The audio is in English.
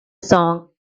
song